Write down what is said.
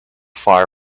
far